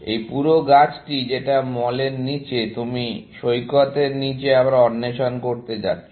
এই পুরো গাছটি যেটা মলের নীচে তুমি সৈকতের নীচে আবার অন্বেষণ করতে যাচ্ছ